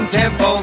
tempo